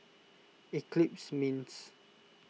Eclipse Mints